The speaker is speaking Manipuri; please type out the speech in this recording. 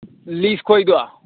ꯂꯤꯁ ꯈꯣꯏꯗꯣ